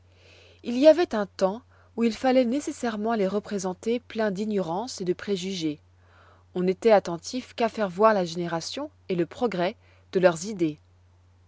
il y avoit un temps où il falloit nécessairement les représenter pleins d'ignorance et de préjugés on n'étoit attentif qu'à faire voir la génération et le progrès de leurs idées